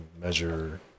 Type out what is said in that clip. measure